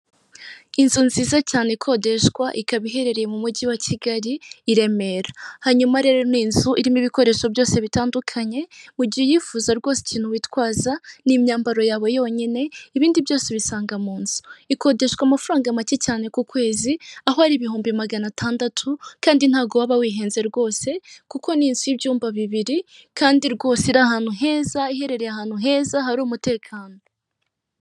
Inzu nziza cyane ikodeshwa, ikaba iherereye mu mujyi wa Kigali i Remera, hanyuma rero ni inzu irimo ibikoresho byose bitandukanye, igiye uyifuza rwose ikintu witwaza ni imyambaro yawe yonyine ibindi byose ubisanga mu nzu, ikodeshwa amafaranga make cyane ku kwezi aho ari ibihumbi magana atandatu kandi ntago waba wihenze rwose, kuko ni inzu y'ibyumba bibiri kandi rwose ari ahantu heza iherereye ahantu heza hari umutekano.